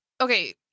Okay